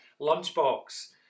lunchbox